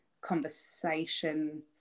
conversation